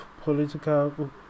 political